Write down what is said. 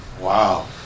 Wow